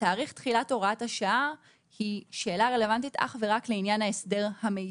תאריך תחילת הוראת השעה היא שאלה רלוונטית אך ורק לעניין ההסדר המיטיב.